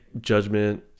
judgment